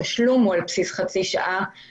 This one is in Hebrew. התשלום הוא על בסיס חצי שעה,